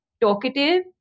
talkative